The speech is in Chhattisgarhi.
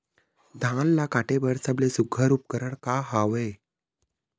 धान ला काटे बर सबले सुघ्घर उपकरण का हवए?